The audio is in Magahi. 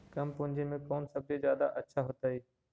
कम पूंजी में कौन सब्ज़ी जादा अच्छा होतई?